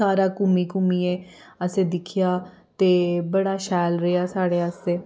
सारा घूमी घूमियै असें दिक्खेआ ते बड़ा शैल रेहा साढ़े आस्तै